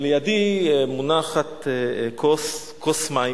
לידי מונחת כוס,